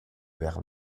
vers